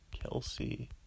Kelsey